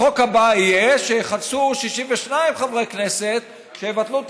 החוק הבא יהיה שיחפשו 62 חברי כנסת שיבטלו את